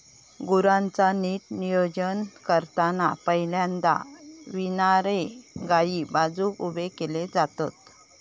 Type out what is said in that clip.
गुरांचा नीट नियोजन करताना पहिल्यांदा विणारे गायी बाजुक उभे केले जातत